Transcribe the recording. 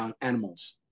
animals